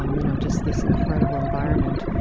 um you know, just this incredible environment.